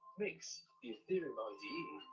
mix, the ethereum ide,